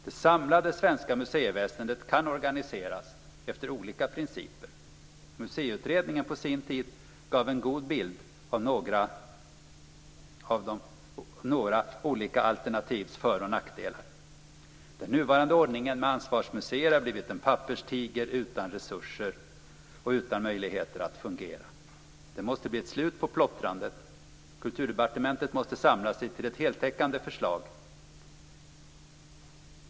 Det samlade svenska museiväsendet kan organiseras efter olika principer. Museiutredningen, på sin tid, gav en god bild av några olika alternativs för och nackdelar. Den nuvarande ordningen med ansvarsmuseer har blivit en papperstiger utan resurser och utan möjligheter att fungera. Det måste bli ett slut på plottrandet. Kulturdepartementet måste samla sig till ett heltäckande förslag.